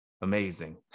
amazing